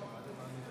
בוועדת העלייה,